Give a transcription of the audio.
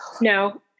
No